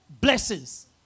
blessings